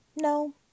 no